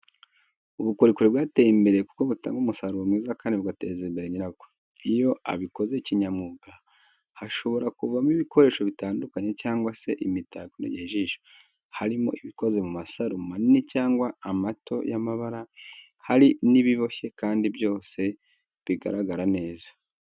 Ubukorikori bwateye imbere kuko butanga umusaruro mwiza kandi bugateza imbere nyirabwo. Iyo abikoze kinyamwuga hashobora kuvamo ibikoresho bitandukanye cyangwa se imitako inogeye ijisho, harimo ibikoze mu masaro manini cyangwa amato y'amabara, hari n'ibiboshye kandi byose bigaragara neza.